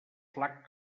flac